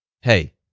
Hey